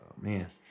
man